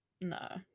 No